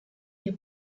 wir